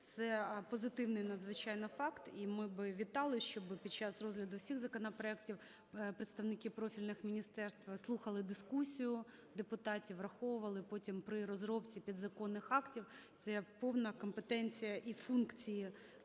Це позитивний надзвичайно факт. І ми би вітали, щоб під час розгляду всіх законопроектів представники профільних міністерств слухали дискусію депутатів, враховували потім при розробці підзаконних актів. Це є повна компетенція і функції